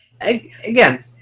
again